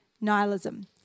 nihilism